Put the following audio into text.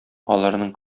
аларның